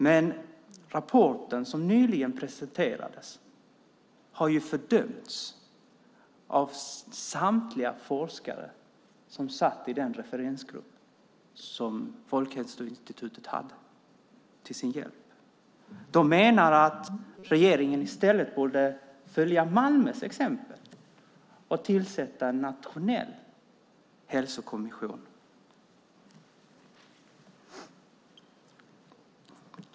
Men den rapport som nyligen presenterades har fördömts av samtliga forskare som satt i den referensgrupp som Folkhälsoinstitutet hade till sin hjälp. Man menar att regeringen i stället borde följa Malmös exempel och tillsätta en nationell hälsokommission.